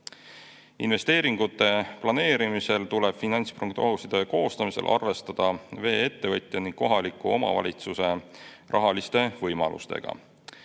Investeeringute planeerimisel tuleb finantsprognooside koostamisel arvestada vee-ettevõtte ning kohaliku omavalitsuse rahaliste võimalustega.